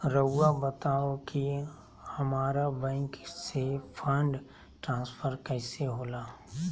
राउआ बताओ कि हामारा बैंक से फंड ट्रांसफर कैसे होला?